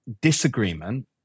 disagreement